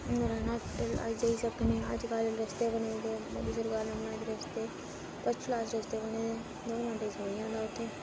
Narayana hospital आई जाई सकने अज्जकल रस्ते बने दे मोदी सरकार ने बनाए दे रस्ते फस्ट क्लास रस्ते बने दे दं'ऊ मैंट्टें च जनोई जंदा उत्थें